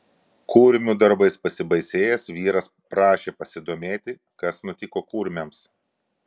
kurmių darbais pasibaisėjęs vyras prašė pasidomėti kas nutiko kurmiams